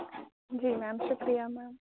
جی ma'am شُکریہ میم